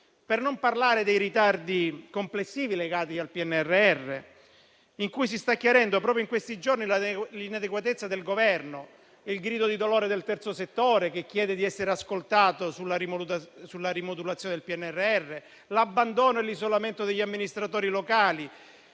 Non parliamo poi dei ritardi complessivi legati al PNRR, dove si sta chiarendo, proprio in questi giorni, l'inadeguatezza del Governo, con il grido di dolore del terzo settore che chiede di essere ascoltato sulla rimodulazione del PNRR; l'abbandono e l'isolamento degli amministratori locali,